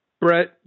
Brett